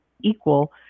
equal